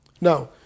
Now